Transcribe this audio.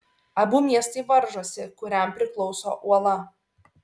abu miestai varžosi kuriam priklauso uola